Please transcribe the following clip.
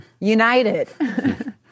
United